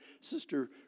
Sister